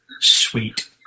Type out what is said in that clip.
Sweet